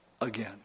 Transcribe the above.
again